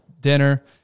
dinner